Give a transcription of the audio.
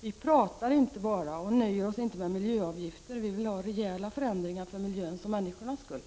Vi pratar inte bara och nöjer oss inte med miljöavgifter. Vi vill ha rejäla förändringar för miljöns och människornas skull.